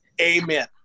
Amen